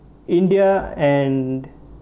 india and